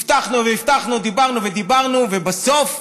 הבטחנו והבטחנו, דיברנו ודיברנו ובסוף,